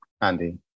Andy